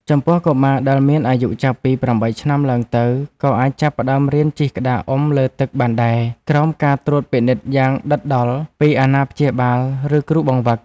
ចំពោះកុមារដែលមានអាយុចាប់ពី ៨ ឆ្នាំឡើងទៅ ក៏អាចចាប់ផ្ដើមរៀនជិះក្តារអុំលើទឹកបានដែរ ក្រោមការត្រួតពិនិត្យយ៉ាងដិតដល់ពីអាណាព្យាបាល ឬគ្រូបង្វឹក។